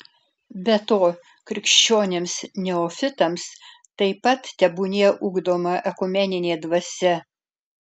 be to krikščionims neofitams taip pat tebūnie ugdoma ekumeninė dvasia